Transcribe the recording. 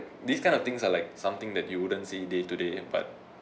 these kind of things are like something that you wouldn't see day to day but